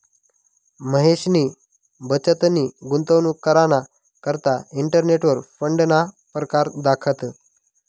महेशनी बचतनी गुंतवणूक कराना करता इंटरनेटवर फंडना परकार दखात